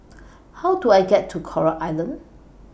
How Do I get to Coral Island